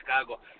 Chicago